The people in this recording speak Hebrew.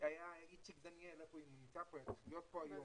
והיה איציק דניאל, שנמצא בזום,